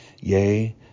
Yea